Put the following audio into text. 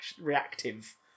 reactive